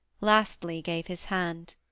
lastly gave his hand.